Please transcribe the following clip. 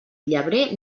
llebrer